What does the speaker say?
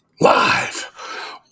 live